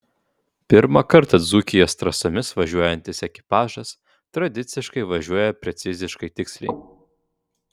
pirmą kartą dzūkijos trasomis važiuojantis ekipažas tradiciškai važiuoja preciziškai tiksliai